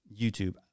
YouTube